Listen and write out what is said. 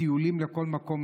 הטיולים לכל מקום.